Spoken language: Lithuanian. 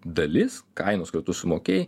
dalis kainos kur tu sumokėjai